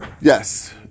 Yes